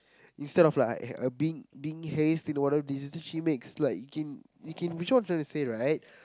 instead of like being being haze in whatever decision she makes you get what I'm tryna say right